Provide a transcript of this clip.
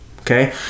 Okay